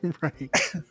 Right